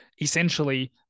essentially